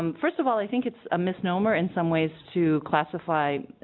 um first of all i think it's a misnomer in some ways to classified